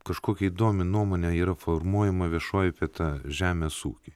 kažkokia įdomi nuomonė yra formuojama viešoji apie tą žemės ūkį